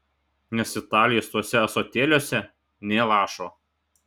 nes italijos tuose ąsotėliuose nė lašo